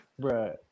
Right